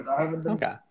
Okay